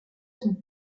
son